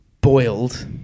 boiled